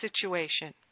situation